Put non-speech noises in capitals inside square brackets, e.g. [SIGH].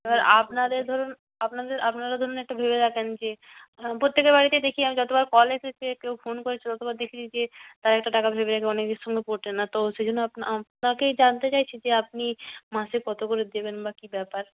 এবার আপনাদের ধরুন আপনাদের আপনারা ধরুন একটা ভেবে রাখেন যে প্রত্যেকের বাড়িতেই দেখি আমি যতবার কল এসেছে কেউ ফোন করেছে ততবার দেখেছি যে তারা একটা টাকা ভেবে রাখে অনেকের সঙ্গে পটে না তো সেজন্য [UNINTELLIGIBLE] আপনাকেই জানতে চাইছি যে আপনি মাসে কত করে দেবেন বা কী ব্যাপার